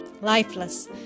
lifeless